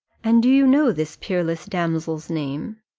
and do you know this peerless damsel's name?